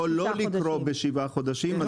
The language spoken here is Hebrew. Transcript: אבל דוד אומר זה יכול לא לקרוא בשבעה חודשים.